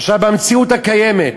עכשיו, במציאת הקיימת